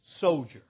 soldier